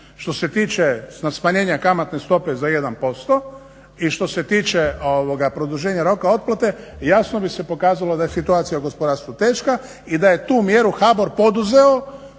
što se tiče smanjenja kamatne stope za 1% i što se tiče produženja roka otplate jasno bi se pokazalo da je situacija u gospodarstvu teška i da je tu mjeru HBOR poduzeo